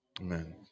Amen